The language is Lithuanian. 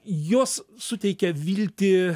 jos suteikia viltį